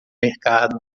mercado